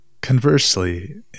Conversely